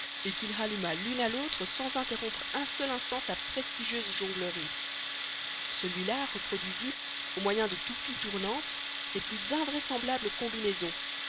et qu'il ralluma l'une à l'autre sans interrompre un seul instant sa prestigieuse jonglerie celui-là reproduisit au moyen de toupies tournantes les plus invraisemblables combinaisons